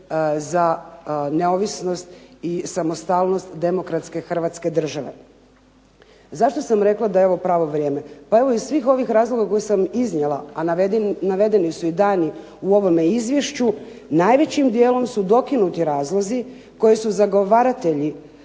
za neovisnost i samostalnost demokratske hrvatske države. Zašto sam rekla da je ovo pravo vrijeme. Pa evo iz svih ovih razloga koje sam iznijela, a navedeni su i daljnji u ovome izvješću, najvećim dijelom su dokinuti razlozi koje su zagovaratelji